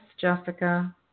Jessica